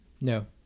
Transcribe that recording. No